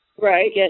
Right